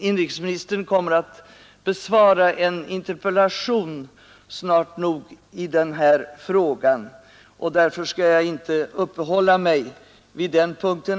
inrikesministern kommer att besvara en interpellation snart nog i denna fråga. Därför skall jag inte alls uppehålla mig vid den punkten.